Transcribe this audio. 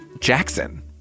Jackson